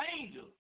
angels